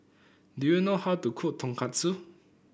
do you know how to cook Tonkatsu